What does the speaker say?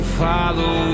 follow